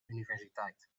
universiteit